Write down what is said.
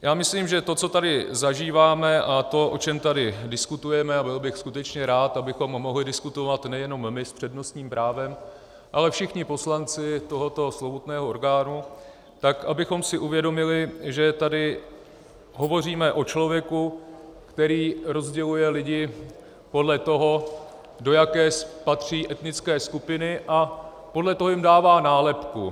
Já myslím, že to, co tady zažíváme, a to, o čem tady diskutujeme, a byl bych skutečně rád, abychom mohli diskutovat nejenom my s přednostním právem, ale všichni poslanci tohoto slovutného orgánu, tak abychom si uvědomili, že tady hovoříme o člověku, který rozděluje lidi podle toho, do jaké patří etnické skupiny, a podle toho jim dává nálepku.